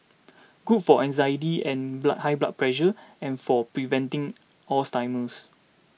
good for anxiety and blood high blood pressure and for preventing Alzheimer's